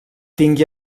tingui